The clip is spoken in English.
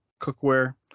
Cookware